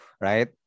right